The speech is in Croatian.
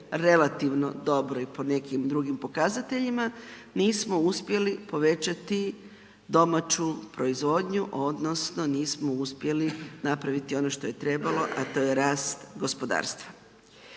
relativno dobro i po nekim drugim pokazateljima, mi smo uspjeli povećati domaću proizvodnju odnosno nismo uspjeli napraviti ono što je trebalo a to je rast gospodarstva